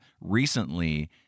recently